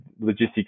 logistics